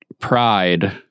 Pride